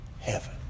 heaven